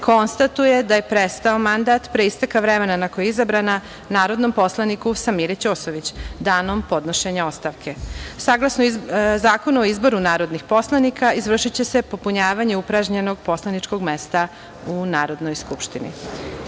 konstatuje da je prestao mandat pre isteka vremena na koji je izabrana, narodnom poslaniku Samiri Ćosović danom podnošenja ostavke. Saglasno Zakonu o izboru narodnih poslanika, izvršiće se popunjavanje upražnjenog poslaničkog mesta u Narodnoj skupštini. Reč